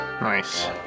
Nice